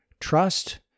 trust